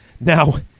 Now